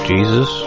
Jesus